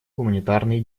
гуманитарной